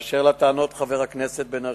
באשר לטענות חבר הכנסת בן-ארי,